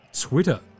Twitter